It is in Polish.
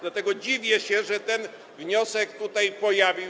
Dlatego dziwię się, że ten wniosek się pojawił.